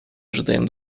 ожидаем